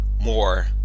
more